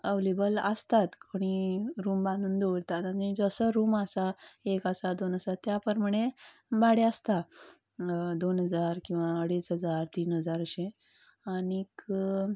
available आसतात कोणीय room बांदून दवरता आनी जसो रूम आसा एक आसा दोन आसा त्या प्रमाणें भाडें आसता दोन हजार किंवां अडेच हजार तीन हजार अशें आनीक